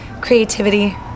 creativity